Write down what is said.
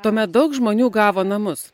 tuomet daug žmonių gavo namus